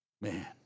man